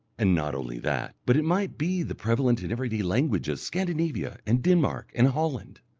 and not only that, but it might be the prevalent and everyday language of scandinavia and denmark and holland,